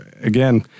again